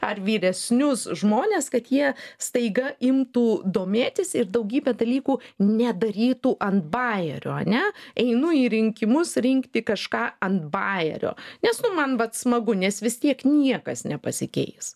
ar vyresnius žmones kad jie staiga imtų domėtis ir daugybė dalykų nedarytų ant bajerio ane einu į rinkimus rinkti kažką ant bajerio nes nu man vat smagu nes vis tiek niekas nepasikeis